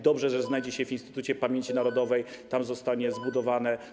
Dobrze, że znajdzie się w Instytucie Pamięci Narodowej, że tam zostanie zbudowane.